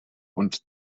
und